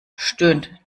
stöhnt